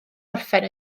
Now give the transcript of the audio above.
orffen